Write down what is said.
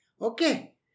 Okay